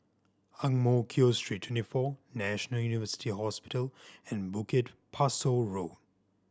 Ang Mo Kio Street Twenty four National University Hospital and Bukit Pasoh Road